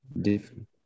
different